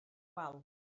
wal